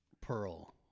Pearl